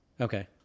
Okay